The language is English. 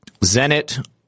Zenit